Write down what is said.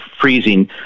freezing